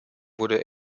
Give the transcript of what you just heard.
wurde